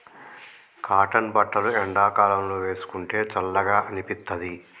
cotton బట్టలు ఎండాకాలం లో వేసుకుంటే చల్లగా అనిపిత్తది